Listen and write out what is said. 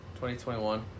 2021